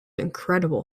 incredible